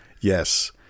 Yes